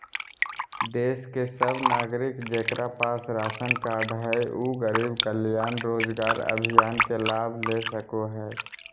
देश के सब नागरिक जेकरा पास राशन कार्ड हय उ गरीब कल्याण रोजगार अभियान के लाभ ले सको हय